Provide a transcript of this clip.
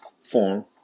form